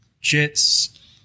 Jit's